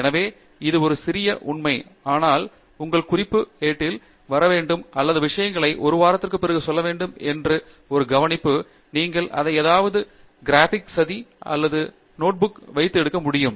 எனவே இது ஒரு சிறிய உண்மை ஆனால் உங்கள் குறிப்பு எட்டில் வர வேண்டும் அல்லது விஷயங்களை 1 வாரத்திற்கு பிறகு சொல்ல வேண்டும் என்று ஒரு கவனிப்பு நீங்கள் அதை ஏதாவது ஏதாவது கிராபிக் சதி உங்கள் ஏட்டில் வைத்து எடுக்க முடியம்